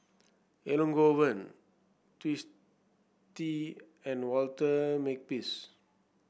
Elangovan Twisstii and Walter Makepeace